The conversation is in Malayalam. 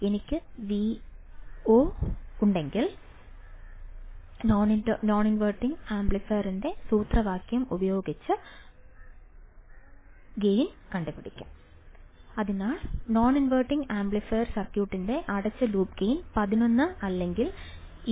എനിക്ക് Vo ഉം ഉണ്ടെങ്കിൽ Vo 1 RfRin Vin non inverting ആംപ്ലിഫയറിന്റെ സൂത്രവാക്യം ഇതാണ് അതിനാൽ നോൺ ഇൻവെർട്ടിംഗ് ആംപ്ലിഫയർ സർക്യൂട്ടിന്റെ അടച്ച ലൂപ്പ് ഗെയിൻ 11 അല്ലെങ്കിൽ 20